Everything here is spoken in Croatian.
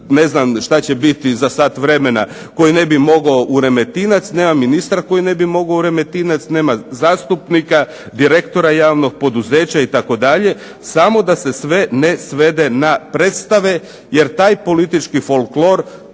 ne znam šta će biti za sat vremena, koji ne bi mogao u Remetinac, nema ministra koji ne bi mogao u Remetinac, nema zastupnika, direktora javnog poduzeća itd. samo da se sve ne svede na predstave jer taj politički folklor